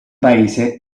paese